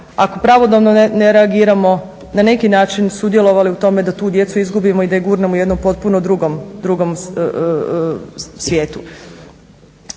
ako pravodobno ne reagiramo na neki način sudjelovali u tome da tu djecu izgubimo i da ih gurnemo u jednom potpuno drugom svijetu.